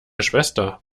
schwester